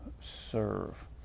serve